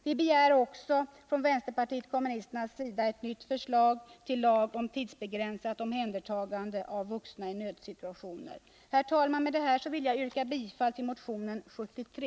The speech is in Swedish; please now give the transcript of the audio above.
Vidare begär vi från vänsterpartiet kommunisternas sida ett nytt förslag till lag om tidsbegränsat omhändertagande av vuxna i nödsituationer. Herr talman! Med detta vill jag yrka bifall till motion 73.